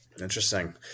Interesting